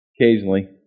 Occasionally